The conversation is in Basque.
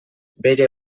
bere